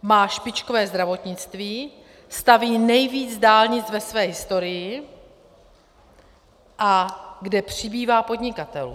Má špičkové zdravotnictví, staví nejvíc dálnic ve své historii, a kde přibývá podnikatelů.